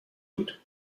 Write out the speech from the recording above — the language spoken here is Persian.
بود